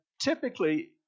typically